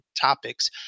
topics